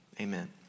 amen